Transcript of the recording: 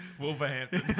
Wolverhampton